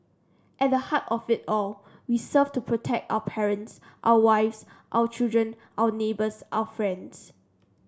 at the heart of it all we serve to protect our parents our wives our children our neighbours our friends